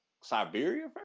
Siberia